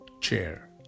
chair